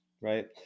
right